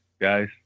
guys